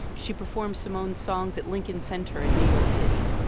she performed simone's songs at lincoln center in new york city.